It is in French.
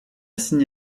signé